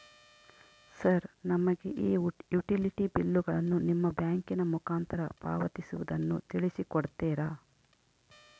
Sir ನಮಗೆ ಈ utility ಬಿಲ್ಲುಗಳನ್ನು ನಿಮ್ಮ ಬ್ಯಾಂಕಿನ ಮುಖಾಂತರ ಪಾವತಿಸುವುದನ್ನು ತಿಳಿಸಿ ಕೊಡ್ತೇರಾ?